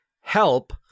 Help